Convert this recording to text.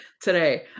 today